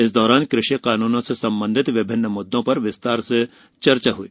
इस दौरान कृषि कानूनों से संबंधित विभिन्न मुद्दों पर विस्तार से चर्चा हुई